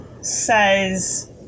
says